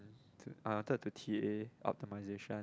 uh third to T_A optimisation